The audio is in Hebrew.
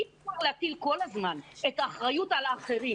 אי אפשר להטיל כל הזמן את האחריות על אחרים.